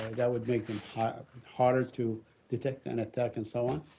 that would make them harder to detect and attack and so on.